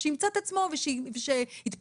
שימצא את עצמו, שיתפתח